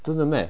真的 meh